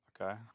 Okay